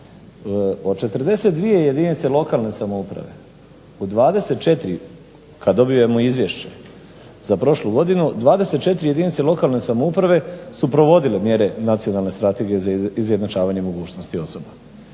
Od 42 jedinice lokalne samouprave, od 24 kad dobijemo izvješće za prošlu godinu, 24 jedinice lokalne samouprave su provodile mjere Nacionalne strategije za izjednačavanje mogućnosti osoba.